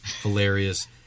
Hilarious